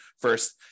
first